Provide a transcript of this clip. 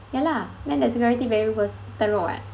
ya lah then the security very worst I tell you what